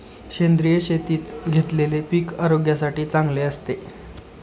सेंद्रिय शेतीत घेतलेले पीक आरोग्यासाठी चांगले असते